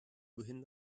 wohin